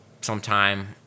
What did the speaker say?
sometime